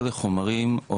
או לחומרים,